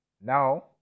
Now